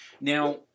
Now